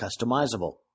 customizable